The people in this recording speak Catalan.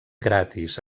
gratis